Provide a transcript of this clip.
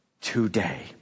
today